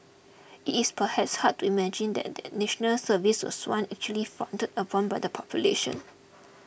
it's perhaps hard to imagine then that National Service was once actually frowned upon by the population